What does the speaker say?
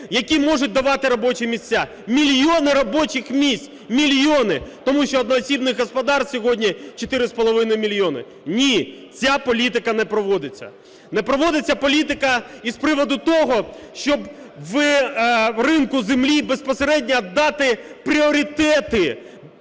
які можуть давати робочі місця. Мільйони робочих місць, мільйони, тому що одноосібних господарств сьогодні 4 з половиною мільйони. Ні, ця політика не проводиться. Не проводиться політика і з приводу того, щоб на ринку землі безпосередньо віддати пріоритети